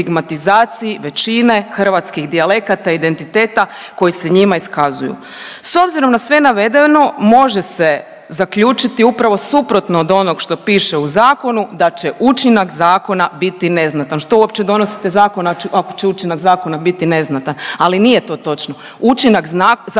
većine hrvatskih dijalekata identiteta koji se njima iskazuju. S obzirom na sve navedeno može se zaključiti upravo suprotno od onog što piše u zakonu da će učinak zakona biti neznatan. Što uopće donosite zakon ako će učinak zakona biti neznatan, ali nije to točno. Učinak zakona